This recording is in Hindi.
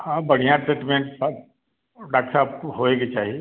हाँ बढ़ियाँ ट्रीटमेंट सब डाक्टर साहब होए के चाही